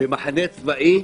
ומחנה צבאי,